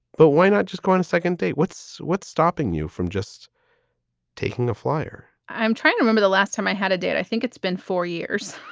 but why not just go on a second date? what's what's stopping you from just taking a flyer? i'm trying to remember the last time i had a date. i think it's been four years